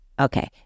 Okay